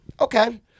okay